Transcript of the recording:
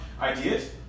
ideas